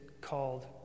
called